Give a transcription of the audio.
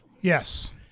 Yes